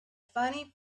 funny